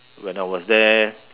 when I was there